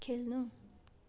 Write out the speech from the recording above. खेल्नु